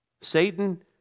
Satan